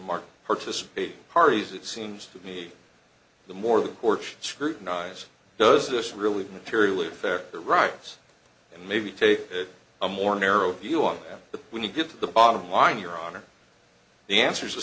market participating parties it seems to me the more the porch scrutinize does this really materially affect the rights and maybe take a more narrow view on the when you get to the bottom line your honor the answer is the